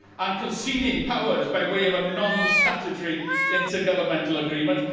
and conceding powers by way of a non-statutory inter-governmental agreement,